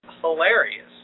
hilarious